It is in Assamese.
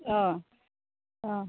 অঁ অঁ